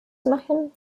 machen